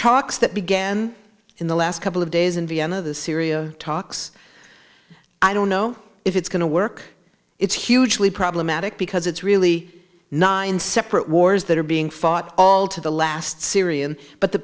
talks that began in the last couple of days in vienna of the syria talks i don't know if it's going to work it's hugely problematic because it's really nine separate wars that are being fought all to the last syrian but the